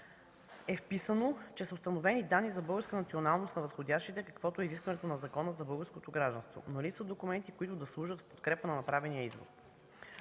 е вписано, че са установени данни за българска националност на възходящите, каквото е изискването на Закона за българското гражданство, но липсват документи, които да служат в подкрепа на направения извод.